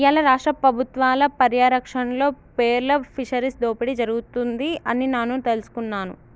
ఇయ్యాల రాష్ట్ర పబుత్వాల పర్యారక్షణలో పేర్ల్ ఫిషరీస్ దోపిడి జరుగుతుంది అని నాను తెలుసుకున్నాను